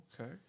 Okay